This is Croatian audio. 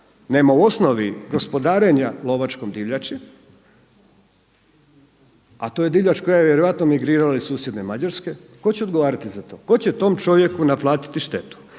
nema u osnovi gospodarenja lovačkom divljači, a to je divljač koja je vjerojatno migrirala iz susjedne Mađarske. Tko će odgovarati za to? Tko će tom čovjeku naplatiti štetu?